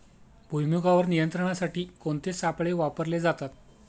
भुईमुगावर नियंत्रणासाठी कोणते सापळे वापरले जातात?